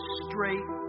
straight